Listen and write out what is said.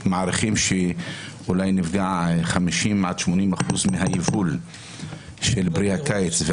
הם מעריכים שאולי נפגע 50% עד 80% מהיבול של פרי הקיץ.